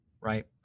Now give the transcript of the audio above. right